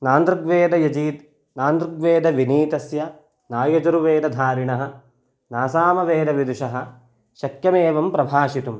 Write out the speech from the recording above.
नानृग्वेदयजित् नानृग्वेदविनीतस्य नायजुर्वेदधारिणः नासामवेदविदुषः शक्यमेवं प्रभाषितुम्